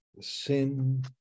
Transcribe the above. sin